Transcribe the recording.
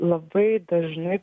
labai dažnai